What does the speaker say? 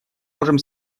можем